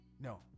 No